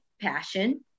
passion